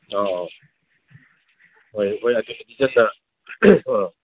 ꯑꯣ ꯍꯣꯏ ꯍꯣꯏ ꯑꯗꯨꯅꯤ ꯗꯤꯖꯜꯅ ꯑ